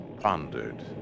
pondered